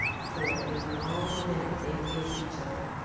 for a long minute they faced each other,